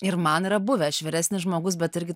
ir man yra buvę aš vyresnis žmogus bet irgi